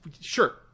Sure